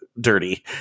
dirty